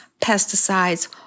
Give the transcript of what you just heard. pesticides